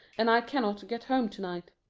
and i cannot get home to-night.